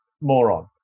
Moron